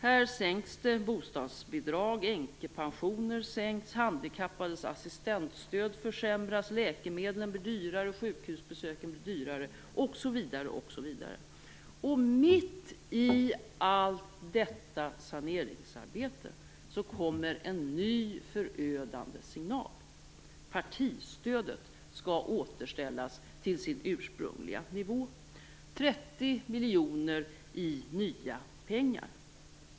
Här sänks bostadsbidrag och änkepensioner, handikappades assistentstöd försämras, läkemedlen och sjukhusbesöken blir dyrare osv. Och mitt i allt detta saneringsarbete kommer en ny förödande signal. Partistödet skall återställas till sin ursprungliga nivå, vilket innebär 30 miljoner i nya pengar.